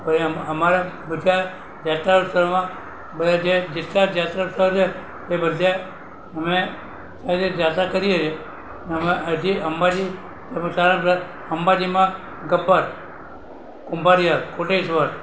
પછી અમારા બધા જાત્રાળુ સ્થળમાં બધા જે જેટલા જાત્રા સ્થળ છે એ બધે અમે સારી રીતે જાત્રા કરીએ છે અમે હજી અંબાજી ધર્મશાળા બધા અંબાજીમાં ગબ્બર કુંભારિયા કોટેશ્વર